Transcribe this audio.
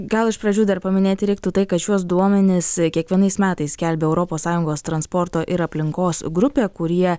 gal iš pradžių dar paminėti reiktų tai kad šiuos duomenis kiekvienais metais skelbia europos sąjungos transporto ir aplinkos grupė kurie